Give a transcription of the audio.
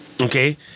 okay